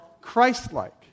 Christ-like